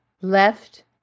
left